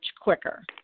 quicker